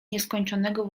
nieskończonego